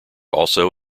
also